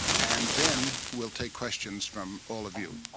and then we'll take questions from all of you.